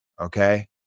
okay